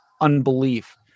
unbelief